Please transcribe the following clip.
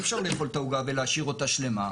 אי אפשר לאכול את העוגה ולהשאיר אותה שלמה.